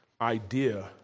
idea